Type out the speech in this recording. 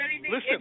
Listen